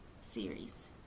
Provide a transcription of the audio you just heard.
series